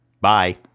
bye